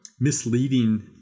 misleading